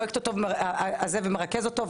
שהוא מנהל את הפרויקט הזה ומרכז אותו,